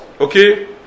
okay